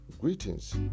Greetings